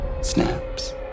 snaps